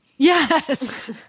Yes